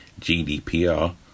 GDPR